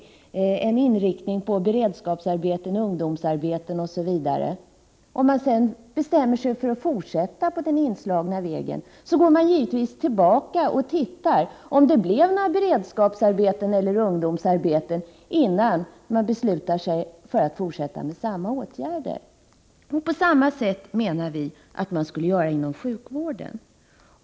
Det kan gälla en inriktning på beredskapsarbeten, ungdomsarbeten osv. Om man sedan bestämmer sig för att fortsätta på den inslagna vägen, går man givetvis tillbaka och ser om det blev några beredskapsarbeten eller ungdomsarbeten, innan man beslutar sig för att fortsätta med samma åtgärder. På samma sätt menar vi att man skulle göra inom sjukvården.